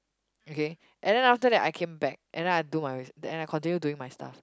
okay and then after that I came back and then I do my and I continue doing my stuff